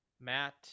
Matt